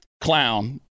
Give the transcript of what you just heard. clown